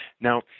Now